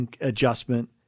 adjustment